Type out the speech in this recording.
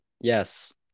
Yes